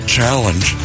Challenge